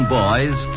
boys